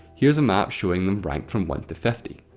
here's a map showing them ranked from one to fifty.